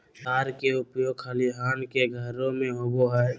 तार के उपयोग खलिहान के घेरे में होबो हइ